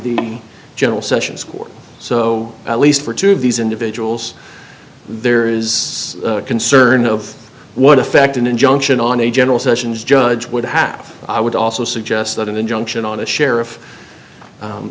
the general sessions court so at least for two of these individuals there is a concern of what effect an injunction on a general sessions judge would have i would also suggest that an injunction on a sh